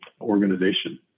organization